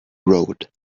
road